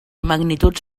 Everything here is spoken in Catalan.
magnituds